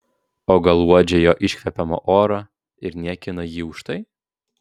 o gal uodžia jo iškvepiamą orą ir niekina jį už tai